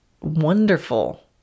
wonderful